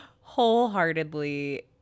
wholeheartedly